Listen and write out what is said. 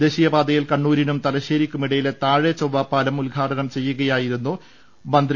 ദേശീയ പാതയിൽ കണ്ണൂരിനും തലശ്ശേരിക്കുമിടയിലെ താഴെ ചൊവ്വ പാലം ഉദ്ഘാടനം ചെയ്യുകയായിരുന്നു മന്ത്രി